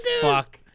fuck